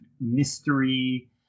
mystery